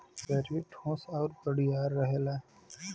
सरीर ठोस आउर बड़ियार रहेला